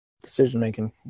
decision-making